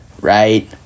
right